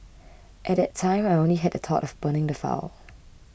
at that time I only had the thought of burning the file